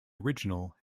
original